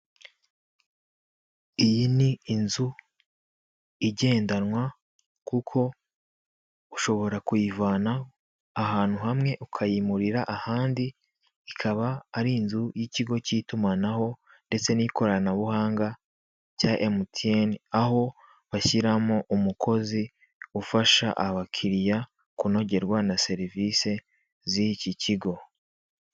Iyi ni inzu igendanwa kuko ushobora kuyivana ahantu hamwe ukayimurira ahandi, ikaba ari inzu y'ikigo cy'itumanaho ndetse n'ikoranabuhanga cya emutiyeni. Aho bashyiramo umukozi ufasha abakiriya kunogerwa na serivise z'iki kigo.